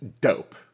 Dope